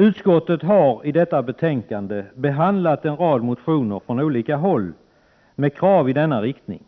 Utskottet har i detta betänkande behandlat en rad motioner från olika håll med krav i denna riktning.